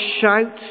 shout